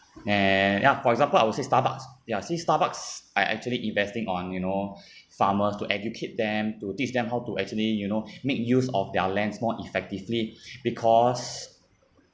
and ya for example I would say starbucks ya see Starbucks are are actually investing on you know farmers to educate them to teach them how to actually you know make use of their lands more effectively because